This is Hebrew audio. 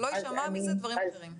שלא יישמעו דברים אחרים.